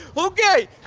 okay.